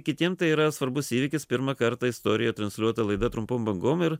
kitiem tai yra svarbus įvykis pirmą kartą istorijoj transliuota laida trumpom bangom ir